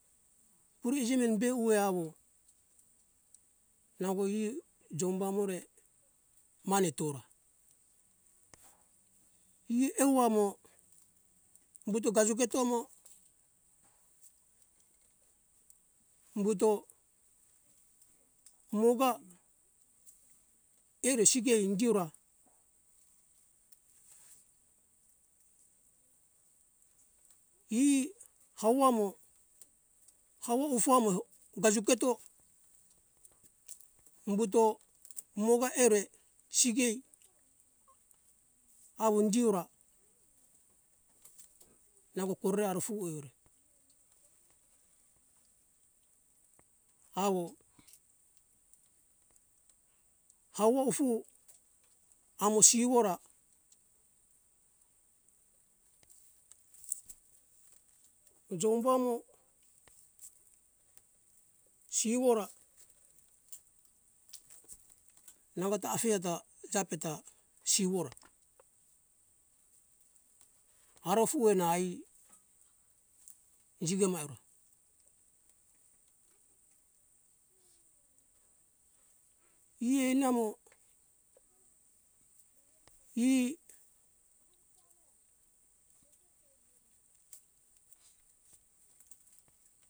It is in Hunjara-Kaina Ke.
Puri jimem beuwe awo nango e jomba more mane tora e euwa mo umbuto kaju keto mo umbuto moga eore sike ingeora e hauwa mo hauwa ufama gazuketo umbuto moga eore sigei awo indi ora nango kore aro fu eore awo hawo ufu amo siwora jombu amo siwora ra nango ta afije ta jape ta siwo ra aro fuena ai ijike mai ora e namo e